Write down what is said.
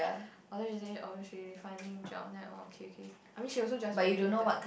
oh then she say oh she finding job then I oh okay okay I mean she also just graduated